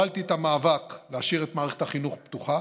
הובלתי את המאבק להשאיר את מערכת החינוך פתוחה,